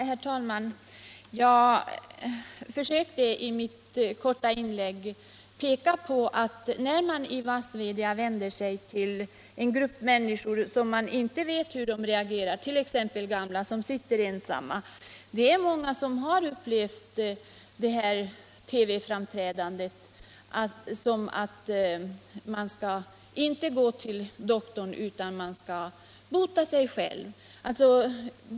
Herr talman! Jag försökte i mitt korta inlägg peka på att massmedia vänder sig till en grupp människor — t.ex. gamla som sitter ensamma — men inte vet hur dessa människor reagerar. Det är många som har upplevt det här TV-framträdandet som en rekommendation att inte gå till en läkare utan att i stället försöka bota sig själv.